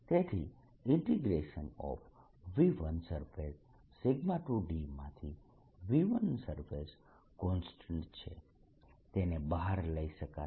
તેથી V1s 2d માંથી V1s constant છે તેને બહાર લઇ શકાશે